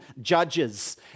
Judges